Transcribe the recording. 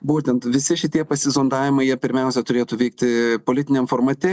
būtent visi šitie pasizondavai jie pirmiausia turėtų vykti politiniam formate